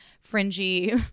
fringy